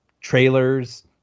trailers